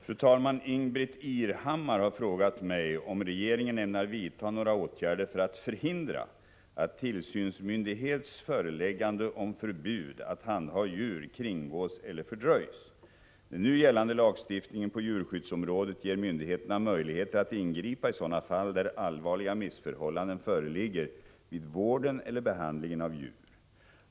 Fru talman! Ingbritt Irhammar har frågat mig om regeringen ämnar vidta några åtgärder för att förhindra att tillsynsmyndighets föreläggande om förbud att handha djur kringgås eller fördröjs. Den nu gällande lagstiftningen på djurskyddsområdet ger myndigheterna möjligheter att ingripa i sådana fall där allvarliga missförhållanden föreligger vid vården eller behandlingen av djur.